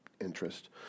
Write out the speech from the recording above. interest